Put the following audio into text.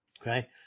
okay